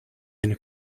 eine